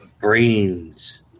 brains